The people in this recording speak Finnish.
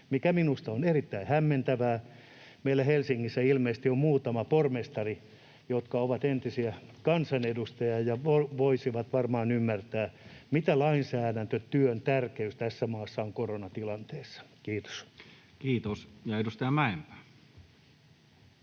mikä minusta on erittäin hämmentävää. Meillä Helsingissä ilmeisesti on muutama pormestari, jotka ovat entisiä kansanedustajia ja voisivat varmaan ymmärtää, mitä lainsäädäntötyön tärkeys tässä maassa on koronatilanteessa. — Kiitos. Kiitos. — Ja edustaja Mäenpää.